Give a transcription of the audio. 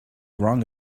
wrong